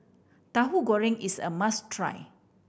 Tahu Goreng is a must try